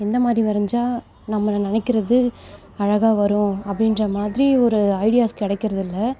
எந்த மாதிரி வரைஞ்சா நம்ம நினைக்கிறது அழகாக வரும் அப்படின்ற மாதிரி ஒரு ஐடியாஸ் கிடைக்கிறது இல்லை